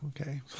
okay